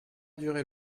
durer